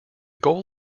goal